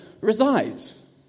resides